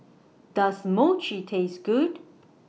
Does Mochi Taste Good